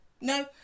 No